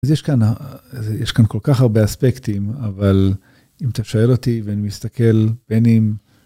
יש כאן יש כאן כל כך הרבה אספקטים אבל אם תשאל אותי ואני מסתכל בין אם.